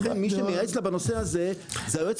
לכן מי שמייעץ לה בנושא הזה זה היועץ